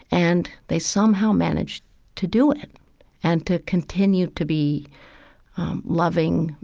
and they somehow manage to do it and to continue to be loving,